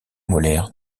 molaires